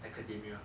academia